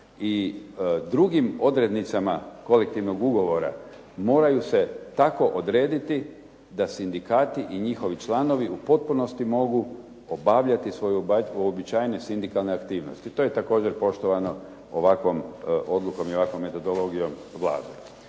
i drugim odrednicama kolektivnog ugovora moraju se tako odrediti da sindikati i njihovi članovi u potpunosti mogu obavljati svoje uobičajene sindikalne aktivnosti. To je također poštovano ovakvom odlukom i ovakvom metodologijom Vlade.